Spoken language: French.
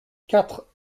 quatre